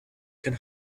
can